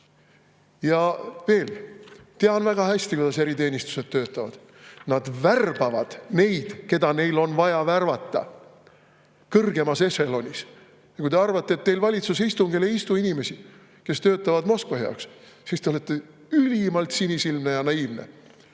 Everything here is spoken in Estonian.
Ja veel, ma tean väga hästi, kuidas eriteenistused töötavad. Nad värbavad neid, keda neil on vaja värvata kõrgemas ešelonis. Kui te arvate, et teil valitsuse istungil ei istu inimesi, kes töötavad Moskva heaks, siis te olete ülimalt sinisilmne ja naiivne.